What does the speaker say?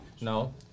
no